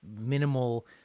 minimal